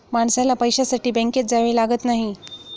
माणसाला पैशासाठी बँकेत जावे लागत नाही